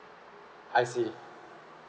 I see